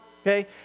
okay